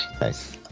Nice